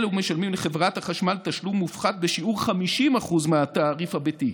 אלה משלמים לחברת החשמל תשלום מופחת בשיעור 50% מהתעריף הביתי,